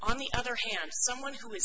on the other hand someone who is